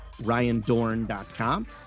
RyanDorn.com